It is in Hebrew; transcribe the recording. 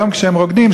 היום כשהם רוקדים,